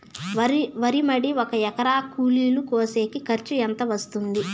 వరి మడి ఒక ఎకరా కూలీలు కోసేకి ఖర్చు ఎంత వస్తుంది?